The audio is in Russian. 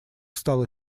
стало